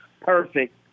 perfect